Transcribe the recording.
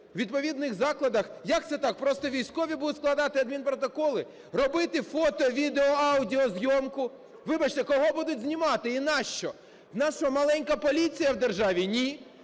у відповідних закладах. Як це так: просто військові будуть складати адмінпротоколи? Робити фото-, відео-, аудіозйомку. Вибачте, кого будуть знімати і нащо? У нас що, маленька поліція в державі? Ні.